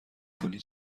کنی